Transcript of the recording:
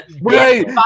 Wait